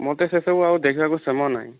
ମୋତେ ସେସବୁ ଆଉ ଦେଖିବାକୁ ସମୟ ନାହିଁ